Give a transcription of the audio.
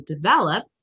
develop